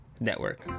Network